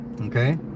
Okay